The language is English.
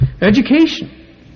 education